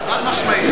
חד-משמעית.